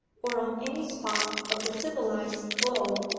or on any spot of the civilized globe,